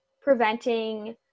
preventing